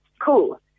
cool